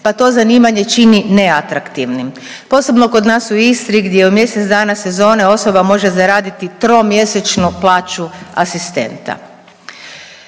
pa to zanimanje čini neatraktivnim. Posebno kod nas u Istri gdje u mjesec dana sezone osoba može zaraditi tromjesečnu plaću asistenta.